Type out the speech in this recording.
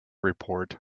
report